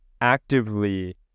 actively